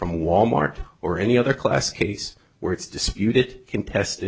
from wal mart or any other class case where it's disputed contest